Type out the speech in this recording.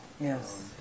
Yes